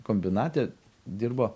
kombinate dirbo